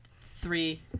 three